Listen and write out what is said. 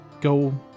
go